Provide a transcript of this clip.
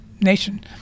nation